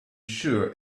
sure